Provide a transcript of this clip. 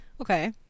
Okay